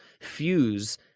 fuse